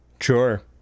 sure